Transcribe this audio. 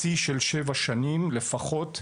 שיא של שבע שנים לפחות,